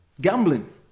Gambling